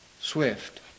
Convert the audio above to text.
swift